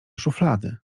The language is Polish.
szuflady